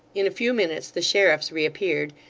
in a few minutes the sheriffs reappeared,